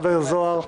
חבר הכנסת זוהר.